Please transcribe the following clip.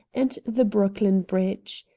and the brooklyn bridge.